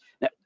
now